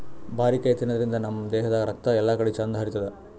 ಬಾರಿಕಾಯಿ ತಿನಾದ್ರಿನ್ದ ನಮ್ ದೇಹದಾಗ್ ರಕ್ತ ಎಲ್ಲಾಕಡಿ ಚಂದ್ ಹರಿತದ್